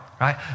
right